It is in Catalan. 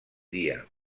dia